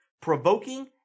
provoking